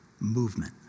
movement